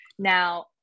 Now